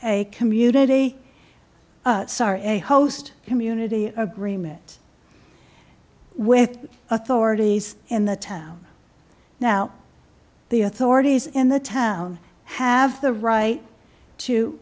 a community sorry a host community agreement with authorities in the town now the authorities in the town have the right to